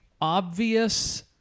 obvious